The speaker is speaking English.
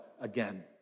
again